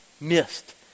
missed